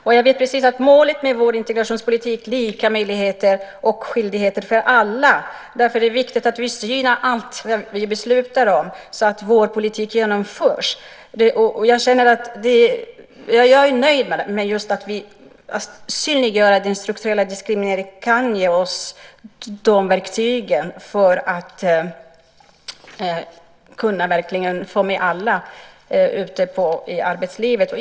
Jag vet att målet med vår integrationspolitik är lika möjligheter och skyldigheter för alla. Därför är det viktigt att vi synar allt som vi beslutar om, så att vår politik genomförs. Jag är nöjd med att vi just synliggör den strukturella diskrimineringen. Det kan ge oss verktygen för att verkligen kunna få med alla ut i arbetslivet.